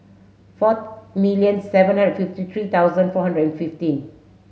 four million seven hundred fifty three thousand four hundred and fifteen